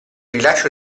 rilascio